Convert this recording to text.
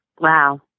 Wow